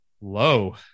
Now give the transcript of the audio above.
Low